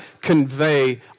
convey